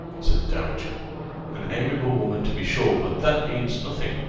said the dowager an amiable woman, to be sure but that means nothing.